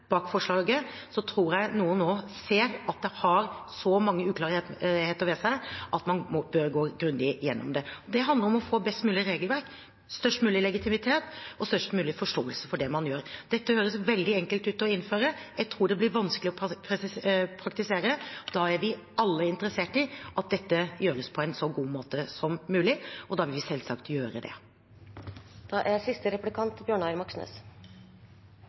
bak forslaget, og så tror jeg noen nå ser at det har så mange uklarheter ved seg at man bør gå grundig gjennom det. Det handler om å få best mulig regelverk, størst mulig legitimitet og størst mulig forståelse for det man gjør. Dette høres veldig enkelt ut å innføre. Jeg tror det blir vanskelig å praktisere, og da er vi alle interessert i at dette gjøres på en så god måte som mulig, og da vil vi selvsagt gjøre det. De som går inn i regjering, forvalter en tillit som er